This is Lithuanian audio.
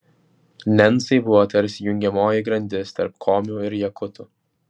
nencai buvo tarsi jungiamoji grandis tarp komių ir jakutų